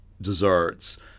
desserts